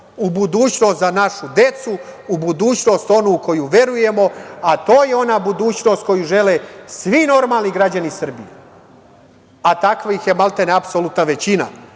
u budućnost za našu decu, u budućnost onu u koju verujemo, a to je ona budućnost koju žele svi normalni građani Srbije, a takvih je maltene apsolutna većina,